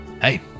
Hey